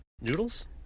noodles